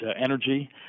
energy